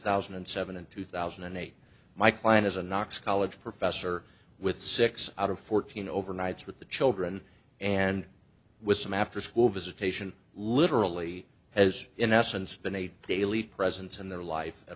thousand and seven and two thousand and eight my client is a knox college professor with six out of fourteen overnights with the children and with some after school visitation literally as in essence been a daily presence in their life at